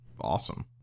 awesome